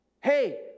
Hey